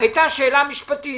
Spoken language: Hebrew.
הייתה שאלה משפטית,